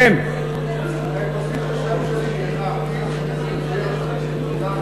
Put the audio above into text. רק תוסיף את השם שלי, כי איחרתי, שיהיה כתוב.